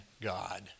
God